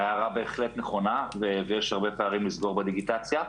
הערה בהחלט נכונה ויש הרבה פערים לסגור בדיגיטציה.